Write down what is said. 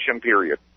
period